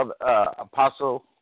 Apostle